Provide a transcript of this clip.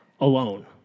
alone